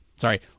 sorry